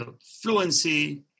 fluency